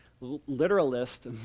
literalist